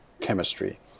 chemistry